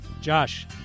Josh